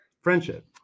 Friendship